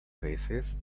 veces